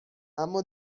اما